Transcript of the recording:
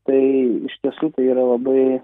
tai iš tiesų tai yra labai